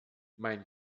mein